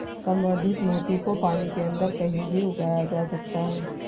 संवर्धित मोती को पानी के अंदर कहीं भी उगाया जा सकता है